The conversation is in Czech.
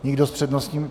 Nikdo s přednostním...